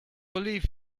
believe